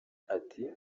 ati